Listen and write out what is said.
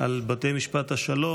על בתי משפט השלום,